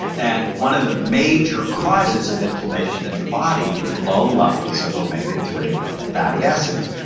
and one of the major causes of inflammation in the body is low-levels of omega three fatty acids.